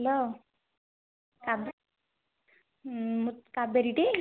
hello କାବେ କାବେରୀ ଟି